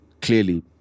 clearly